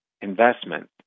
investment